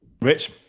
Rich